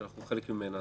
שאנחנו חלק ממנה.